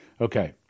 Okay